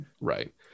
Right